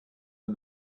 for